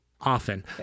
often